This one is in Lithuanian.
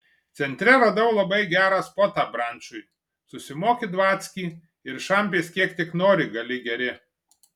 centre radau labai gerą spotą brančui susimoki dvackį ir šampės kiek tik nori gali geri